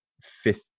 fifth